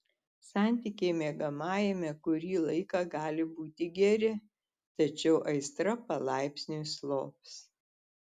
santykiai miegamajame kurį laiką gali būti geri tačiau aistra palaipsniui slops